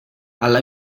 alla